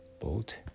boat